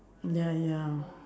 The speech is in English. ya ya